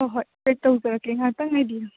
ꯍꯣꯏ ꯍꯣꯏ ꯑꯩ ꯇꯧꯖꯔꯛꯀꯦ ꯉꯥꯛꯇꯪ ꯉꯥꯏꯕꯤꯌꯨ